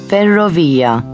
Ferrovia